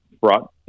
brought